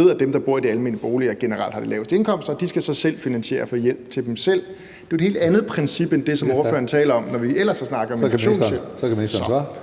ved, at dem, der bor i de almene boliger, generelt har de laveste indkomster. De skal så selv finansiere at få hjælp til dem selv. Det er et helt andet princip end det, som ordføreren taler om, når vi ellers har snakket om inflationshjælp.